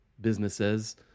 businesses